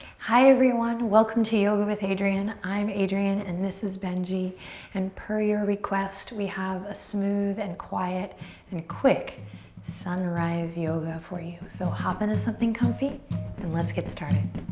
hi everyone. welcome to yoga with adriene. i'm adriene and this is benji and per your request we have a smooth and quiet and quick sunrise yoga for you. so hop into something comfy and let's get started.